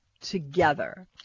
together